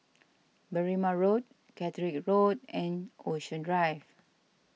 Berrima Road Catterick Road and Ocean Drive